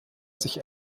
sich